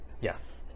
Yes